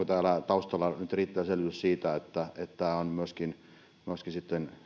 täällä taustalla nyt riittävä selvitys siitä niin että tämä on myöskin myöskin